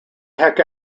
heck